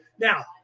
Now